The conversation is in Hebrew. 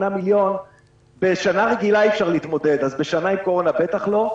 8 מיליון שקל בשנה רגילה אי אפשר להתמודד אז בשנה עם קורונה בטח לא.